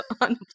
on